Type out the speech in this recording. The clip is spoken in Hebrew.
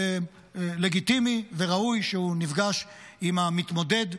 שלגיטימי וראוי שהוא נפגש עם המתמודד,